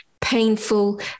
painful